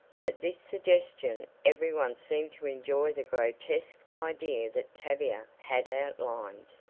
and at this suggestion every one seemed to enjoy the grotesque idea that tavia had outlined.